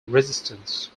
resistance